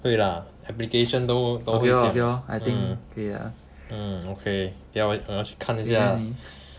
对 lah application 都都不见 liao mm mm okay 我要去看一下